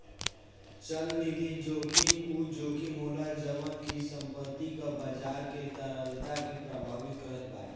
चलनिधि जोखिम उ जोखिम होला जवन की संपत्ति कअ बाजार के तरलता के प्रभावित करत बाटे